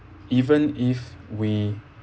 even if we